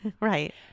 Right